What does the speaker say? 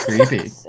Creepy